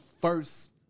first